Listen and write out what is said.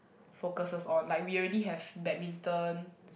focuses on like we already have badminton